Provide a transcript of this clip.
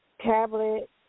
Tablet